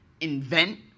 invent